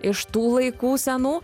iš tų laikų senų